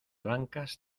bancas